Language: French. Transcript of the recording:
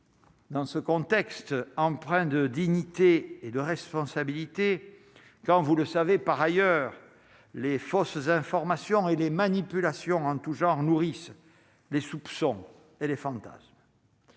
Dans ce contexte, empreint de dignité et de responsabilité, quand vous le savez, par ailleurs, les forces informations et les manipulations en tous genres, nourrissent des soupçons et les fantasmes.